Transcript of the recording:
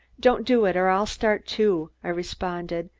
don't do it, or i'll start, too, i responded,